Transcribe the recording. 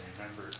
remember